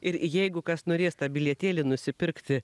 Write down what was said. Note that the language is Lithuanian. ir jeigu kas norės tą bilietėlį nusipirkti